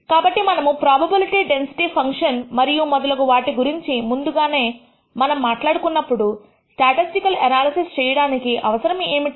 కాబట్టి మనము probability density function మరియు మొదలగు వాటి గురించి ముందుగానే మనము మాట్లాడుకున్నప్పుడు స్టాటిస్టికల్ ఎనాలిసిస్ చేయడానికి అవసరం ఏమిటి